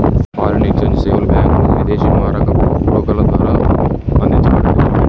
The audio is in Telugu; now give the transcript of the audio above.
ఫారిన్ ఎక్స్ఛేంజ్ సేవలు బ్యాంకులు, విదేశీ మారకపు బ్రోకర్ల ద్వారా అందించబడతయ్